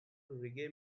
reggae